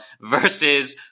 versus